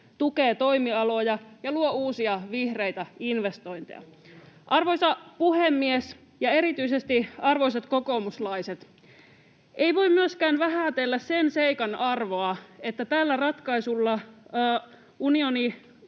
tukee toimialoja ja luo uusia, vihreitä investointeja. Arvoisa puhemies! Ja erityisesti arvoisat kokoomuslaiset! Ei voi myöskään vähätellä sen seikan arvoa, että tällä ratkaisulla unioni